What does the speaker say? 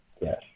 yes